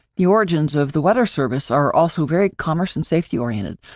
the origins of the weather service are also very commerce and safety oriented.